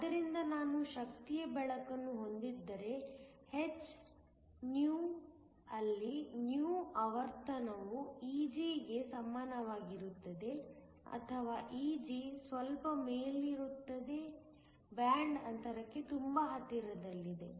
ಆದ್ದರಿಂದ ನಾನು ಶಕ್ತಿಯ ಬೆಳಕನ್ನು ಹೊಂದಿದ್ದರೆ h υ ಅಲ್ಲಿ υ ಆವರ್ತನವು Eg ಗೆ ಸಮಾನವಾಗಿರುತ್ತದೆ ಅಥವಾ Eg ಸ್ವಲ್ಪ ಮೇಲಿರುತ್ತದೆ ಬ್ಯಾಂಡ್ ಅಂತರಕ್ಕೆ ತುಂಬಾ ಹತ್ತಿರದಲ್ಲಿದೆ